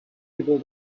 able